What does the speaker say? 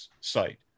site